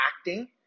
acting